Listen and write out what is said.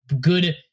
good